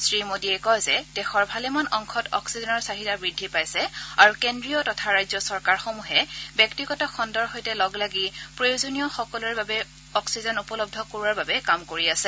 শ্ৰীমোডীয়ে কয় যে দেশৰ ভালেমান অংশত অক্সিজেনৰ চাহিদা বৃদ্ধি পাইছে আৰু কেন্দ্ৰীয় তথা ৰাজ্য চৰকাৰসমূহে ব্যক্তিগত খণ্ডৰ সৈতে লগ লাগি প্ৰয়োজনীয় সকলোৰে বাবে অক্সিজেন উপলভ্য কৰোৱাৰ বাবে কাম কৰি আছে